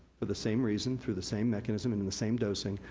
for the same reason, through the same mechanism, and in the same dosing,